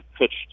pitched